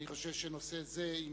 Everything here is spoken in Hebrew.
אני חושב שנושא זה,